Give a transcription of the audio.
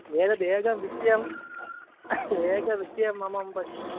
एतद् एकं विषयं एकं विषयं ममं पश्यामि